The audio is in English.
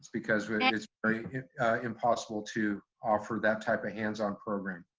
because it's impossible to offer that type of hands on program.